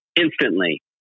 instantly